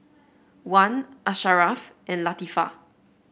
Wan Asharaff and Latifa